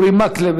אורי מקלב,